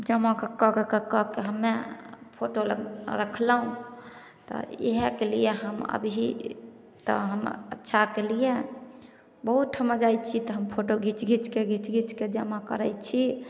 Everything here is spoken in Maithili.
जमा कऽ कऽके कऽ कऽके हमे फोटो रखलहुॅं तऽ इहएके लिए हम अभी तऽ हम अच्छा केलिए बहुत ठिमा जाइ छी तऽ हमे फोटो घिच घिचके घिच घिचके जमा करै छी